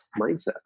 mindset